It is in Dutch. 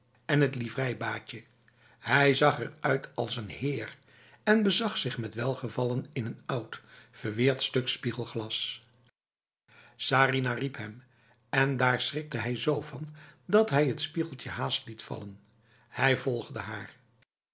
en het livreibaadje hij zag eruit als een heer en bezag zich met welgevallen in een oud verweerd stuk spiegelglas sarinah riep hem en daar schrikte hij z van dat hij t spiegeltje haast liet vallen hij volgde haar